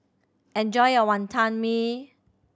enjoy your Wantan Mee